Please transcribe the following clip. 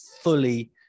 fully